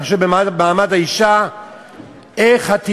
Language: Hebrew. אני חושב שבוועדה למעמד האישה,